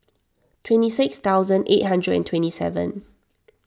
twenty six thousand eight hundred and twenty seven